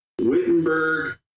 Wittenberg